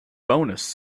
bonus